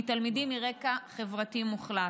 מתלמידים מרקע חברתי מוחלש.